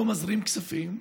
לא מזרים כספים.